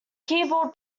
keyboard